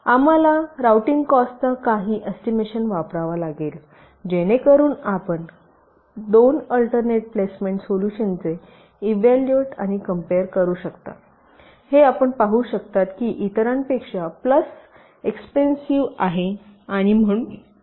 आम्हाला रूटिंग कॉस्टचा काही एस्टिमेशन वापरावा लागेल जेणेकरून आपण 2 अल्टर्नेट प्लेसमेंट सोल्यूशन्सचे इव्हाल्युट आणि कम्पेर करू शकता जे आपण पाहू शकता की हे इतरांपेक्षा प्लस एक्सपेन्सिव्ह आहे म्हणून आपण हा फाईन घेता